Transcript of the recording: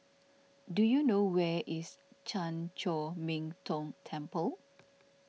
do you know where is Chan Chor Min Tong Temple